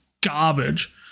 garbage